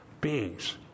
beings